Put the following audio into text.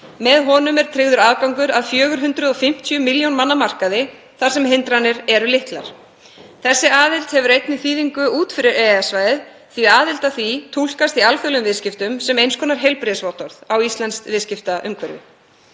Með honum er tryggður aðgangur að 450 milljóna manna markaði þar sem hindranir eru litlar. Þessi aðild hefur einnig þýðingu út fyrir EES-svæðið, því að aðild að því túlkast í alþjóðlegum viðskiptum sem eins konar heilbrigðisvottorð á íslenskt viðskiptaumhverfi.